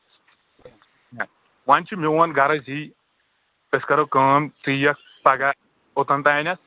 وۄنۍ چھِ میون غرض یی أسۍ کَرو کٲم ژٕ ییٖیَکھ پگاہ اوٚتَن تانٮ۪تھ